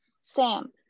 Sam